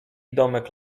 domek